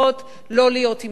לא להיות עם נשים,